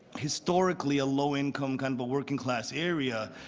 historically low income, kind of working class area.